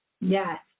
Yes